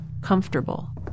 Comfortable